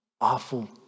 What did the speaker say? awful